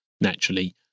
naturally